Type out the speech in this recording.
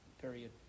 Period